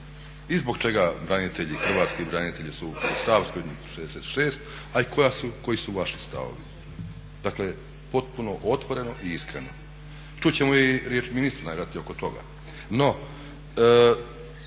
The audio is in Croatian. branitelji, hrvatski branitelji su u Savskoj 66 a i koji su vaši stavovi. Dakle potpuno otvoreno i iskreno. Čut ćemo i riječ ministra najvjerojatnije oko toga.